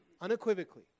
unequivocally